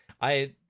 I-